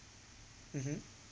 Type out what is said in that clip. mmhmm